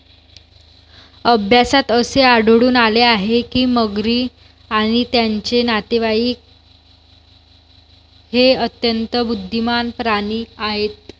अभ्यासात असे आढळून आले आहे की मगरी आणि त्यांचे नातेवाईक हे अत्यंत बुद्धिमान प्राणी आहेत